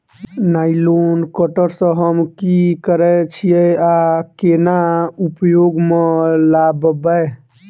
Nylon cutter सँ हम की करै छीयै आ केना उपयोग म लाबबै?